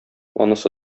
анысы